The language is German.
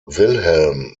wilhelm